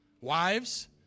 Wives